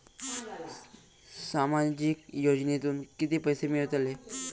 सामाजिक योजनेतून किती पैसे मिळतले?